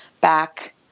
back